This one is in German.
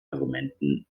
argumenten